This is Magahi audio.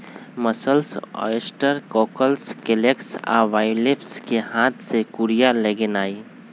मसल्स, ऑयस्टर, कॉकल्स, क्लैम्स आ बाइवलेव्स कें हाथ से कूरिया लगेनाइ